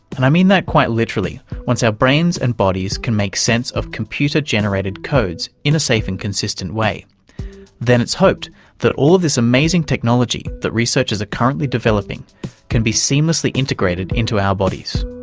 and i mean that quite literally once our brains and bodies can make sense of computer generated codes in a safe and consistent way then it's hoped that all of this amazing technology that researchers are currently developing can be seamlessly integrated into our bodies.